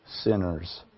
sinners